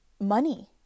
money